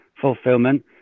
fulfillment